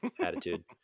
attitude